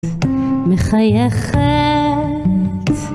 מחייכת